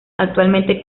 actualmente